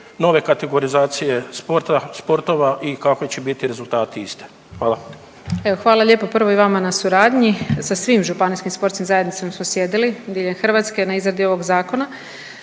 nove kategorizacije sporta, sportova i kakvi će biti rezultati iste? Hvala. **Brnjac, Nikolina (HDZ)** Evo hvala lijepo prvo i vama na suradnji, sa svim županijskim sportskim zajednicama smo sjedili diljem Hrvatske na izradi ovog zakona